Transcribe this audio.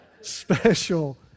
special